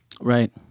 Right